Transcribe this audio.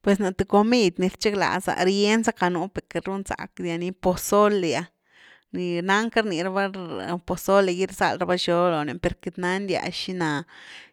Pues na th comid ni rchiglaza, rien zacka nú per queity run zack dyani, pozole’ah, nancka rni raba pozole’gy rzald raba xob lo ni per queity nandya xina,